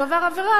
שהוא עבר עבירה,